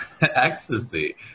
ecstasy